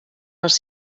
els